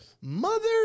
Mother